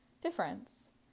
difference